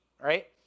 right